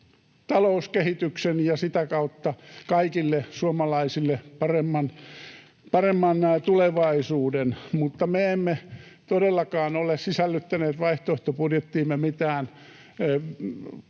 talouskehityksen ja sitä kautta kaikille suomalaisille paremman tulevaisuuden, mutta me emme todellakaan ole sisällyttäneet vaihtoehtobudjettiimme mitään